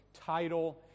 title